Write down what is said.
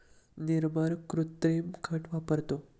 निर्मल कृत्रिम खत वापरतो